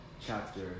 chapter